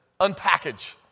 unpackage